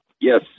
Yes